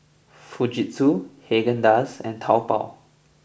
Fujitsu Haagen Dazs and Taobao